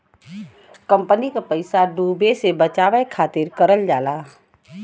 company क पइसा डूबे से बचावे खातिर करल जाला